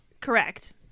Correct